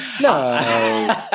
No